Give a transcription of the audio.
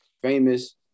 Famous